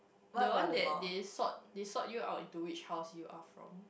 the one that they sort they sort you out into which house you are from